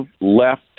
left